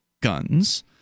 guns